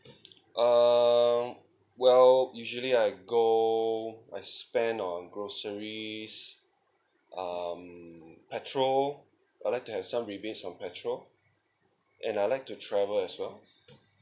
um well usually I go I spend on groceries um petrol I'd like to have some rebates on petrol and I like to travel as well